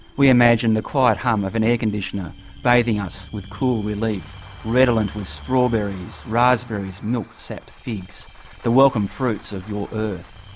we imagine the quiet hum of an air conditioner bathing us with cool relief redolent with strawberries raspberries, milk-sapped figs the welcome fruits of your earth.